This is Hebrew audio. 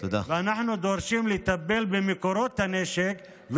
ואנחנו דורשים לטפל במקורות הנשק,